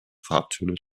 farbtöne